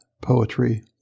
poetry